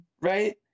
right